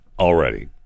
already